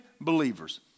believers